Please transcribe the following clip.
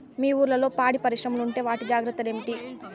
మీ ఊర్లలో పాడి పరిశ్రమలు ఉంటే వాటి జాగ్రత్తలు ఏమిటి